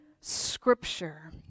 scripture